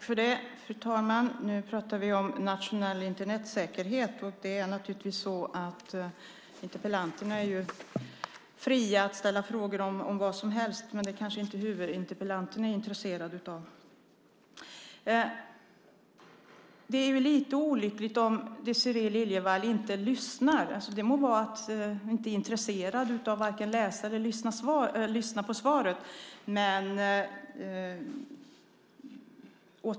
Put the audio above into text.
Fru talman! Nu pratar vi om nationell Internetsäkerhet. Det är naturligtvis så att interpellanterna är fria att ställa frågor om vad som helst, men det kanske inte huvudinterpellanten är intresserad av. Det är lite olyckligt om Désirée Liljevall inte lyssnar. Det må vara att hon inte är intresserad av att vare sig läsa eller lyssna på svaret.